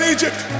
Egypt